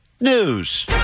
news